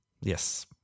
Yes